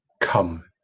come